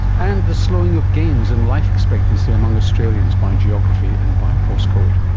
and the slowing of gains in life expectancy among australians by geography and by post code.